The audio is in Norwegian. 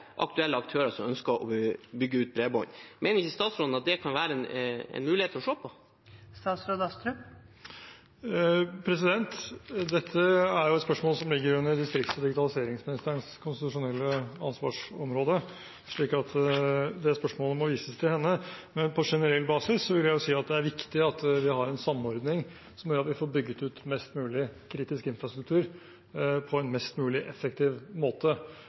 aktuelle aktører som ønsker å bygge ut bredbånd. Mener ikke statsråden at det kan være en mulighet å se på? Dette er et spørsmål som ligger under distrikts- og digitaliseringsministerens konstitusjonelle ansvarsområde, slik at det spørsmålet må rettes til henne. Men på generell basis vil jeg si at det er viktig at vi har en samordning som gjør at vi får bygget ut mest mulig kritisk infrastruktur på en mest mulig effektiv måte.